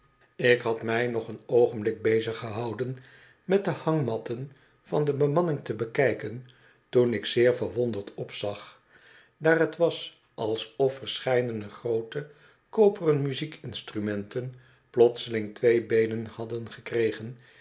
ik had mij nog een oogenblik bezig gehouden met de hangmatten van de bemanning te bekijken toen ik zeer verwonderd opzag daar het was alsof verscheidene groote koperen muziekinstrumenten plotseling twee beenen hadden gekregen